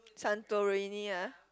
Santorini ah